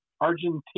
Argentina